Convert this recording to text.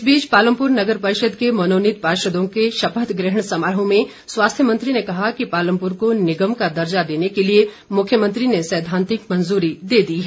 इस बीच पालमपुर नगर परिषद के मनोनीत पार्षदों के शपथ ग्रहण समारोह में स्वास्थ्य मंत्री ने कहा है कि पालमपुर को निगम का दर्जा देने के लिए मुख्यमंत्री ने सैद्वांतिक मंजूरी दे दी है